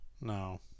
no